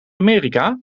amerika